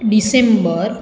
December